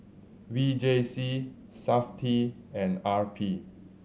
V J C Safti and R P